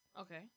Okay